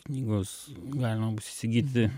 knygos galima bus įsigyti